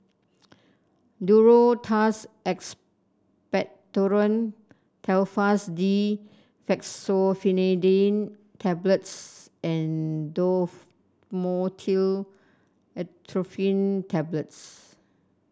Duro Tuss Expectorant Telfast D Fexofenadine Tablets and Dhamotil Atropine Tablets